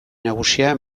nagusia